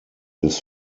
des